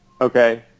okay